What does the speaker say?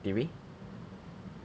did we